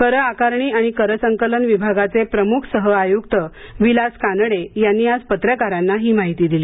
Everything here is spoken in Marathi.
कर आकारणी आणि करसंकलन विभागाचे प्रमुख सहआयुक्त विलास कानडे यांनी आज पत्रकारांना ही माहिती दिली